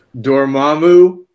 Dormammu